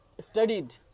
studied